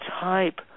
type